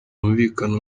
bumvikana